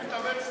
אני מתאמץ תמיד.